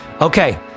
okay